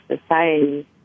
society